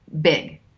big